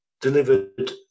delivered